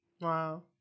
Wow